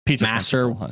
master